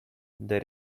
there